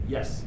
Yes